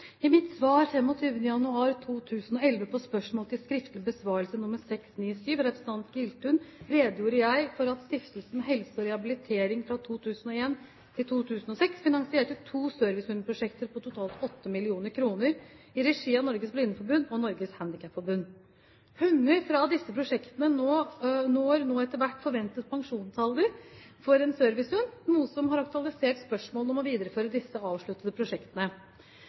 I mitt svar 25. januar 2011 på spørsmål til skriftlig besvarelse nr. 697 fra representanten Giltun redegjorde jeg for at stiftelsen Helse og Rehabilitering fra 2001 til 2006 finansierte to servicehundprosjekter på totalt 8 mill. kr i regi av Norges Blindeforbund og Norges Handikapforbund. Hunder fra disse prosjektene når nå etter hvert forventet pensjonsalder for en servicehund, noe som har aktualisert spørsmålet om å videreføre disse avsluttede prosjektene.